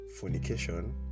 Fornication